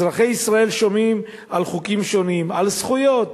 אזרחי ישראל שומעים על חוקים שונים, על זכויות